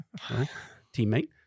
Teammate